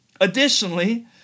Additionally